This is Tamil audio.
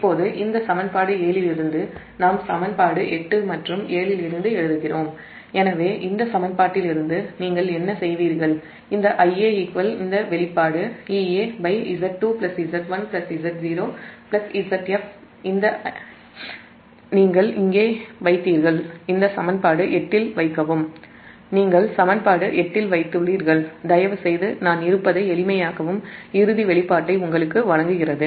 இப்போது இந்த சமன்பாடு 7 இலிருந்து நாம் சமன்பாடு 8 மற்றும் 7 இலிருந்து எழுதுகிறோம் எனவே இந்த சமன்பாட்டிலிருந்து நீங்கள் என்ன செய்வீர்கள் இந்த Ia Ea Z2 Z1 Z0 Zfஇந்த வெளிப்பாடு நீங்கள் இங்கே வைத்தீர்கள் அதை இந்த சமன்பாடு 8 இல் வைக்கவும் நீங்கள் சமன்பாடு 8 இல் வைத்துள்ளீர்கள் தயவுசெய்து இதை எளிமையாக்க இறுதி வெளிப்பாட்டை உங்களுக்கு வழங்குகிறது